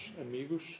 amigos